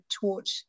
taught